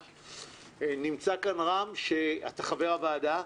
נמצא כאן רם, אתה חבר הוועדה.